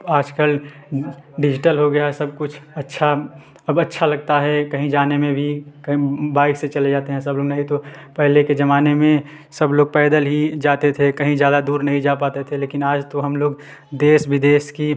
आज कल डिज़िटल हो गया है सब कुछ अच्छा अब अच्छा लगता है कहीं जाने में भी कहीं बाइक से चले जाते हैं सब लोग नहीं तो पहले के ज़माने में सब लोग पैदल ही जाते थे कहीं ज़्यादा दूर नहीं जा पाते थे लेकिन आज तो हम लोग देश विदेश की